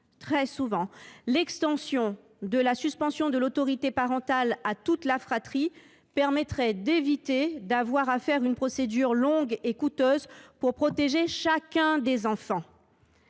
fratrie. L’extension de la suspension de l’autorité parentale à toute la fratrie éviterait d’avoir à mener une procédure longue et coûteuse pour protéger chacun des enfants.